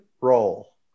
roll